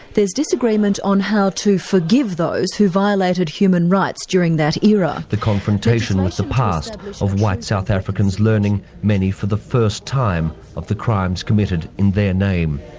there's disagreement on how to forgive those who violated human rights during that era. the confrontation with the past of white south africans learning, many for the first time, of the crimes committed in their name.